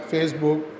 Facebook